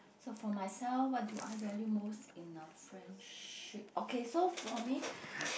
so for myself what do I value most in a friendship okay so for me